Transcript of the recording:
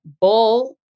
bull